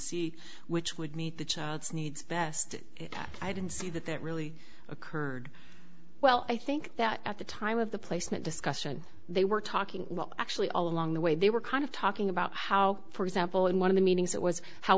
see which would meet the child's needs best i didn't see that that really occurred well i think that at the time of the placement discussion they were talking well actually all along the way they were kind of talking about how for example in one of the meetings it was how